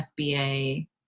FBA